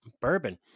bourbon